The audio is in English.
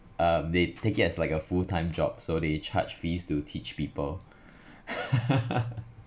uh they take it as like a full time job so they charged fees to teach people